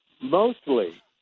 Mostly